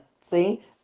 See